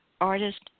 artist